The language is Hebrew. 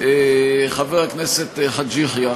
חבר הכנסת חאג' יחיא,